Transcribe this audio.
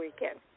weekend